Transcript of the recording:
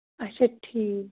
اَچھا ٹھیٖک